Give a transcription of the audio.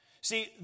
See